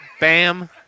Bam